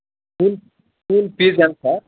school school fees ఎంత sir